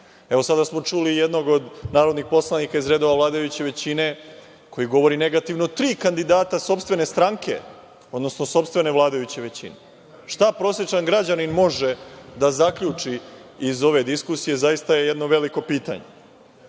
Sada smo čuli jednog od narodnih poslanika iz redova vladajuće većine koji govori negativno o tri kandidata sopstvene stranke, odnosno sopstvene vladajuće većine. Šta prosečan građanin može da zaključi iz ove diskusije, zaista je jedno veliko pitanje.